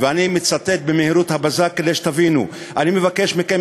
ואני מצטט במהירות הבזק כדי שתבינו: "אני מבקש מכם,